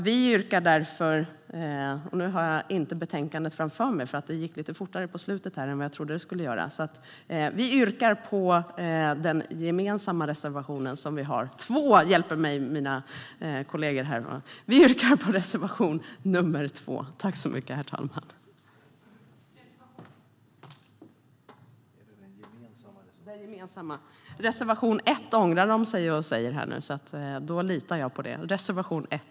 Vi yrkar därför bifall till vår gemensamma reservation nr 1.